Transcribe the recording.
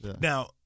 now